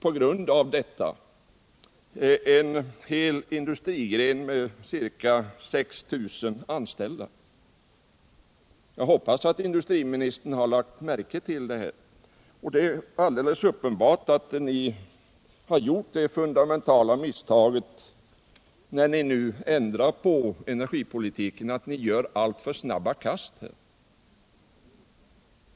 På grund av detta hotas nu en hel industrigren med ca 6 000 anställda. Jag hoppas att industriministern har lagt märke till det här. Det är alldeles uppenbart att när ni nu ändrar på energipolitiken, begår ni det fundamentala misstaget att göra alltför snabba kast.